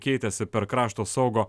keitėsi per krašto saugo